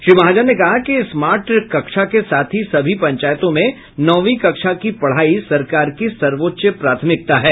श्री महाजन ने कहा कि स्मार्ट कक्षा के साथ ही सभी पंचायतों में नौवीं कक्षा की पढ़ाई सरकार की सर्वोच्च प्राथमिकता है